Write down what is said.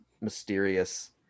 mysterious